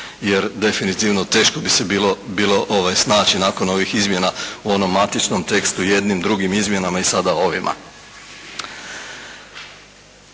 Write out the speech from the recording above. jer definitivno teško bi se bilo snaći nakon ovih izmjena u onom aktičnom tekstu u jednim, drugim izmjenama i sada ovima.